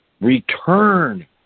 return